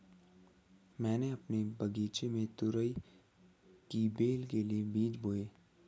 मैंने अपने बगीचे में तुरई की बेल के लिए बीज बोए